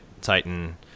Titan